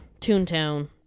Toontown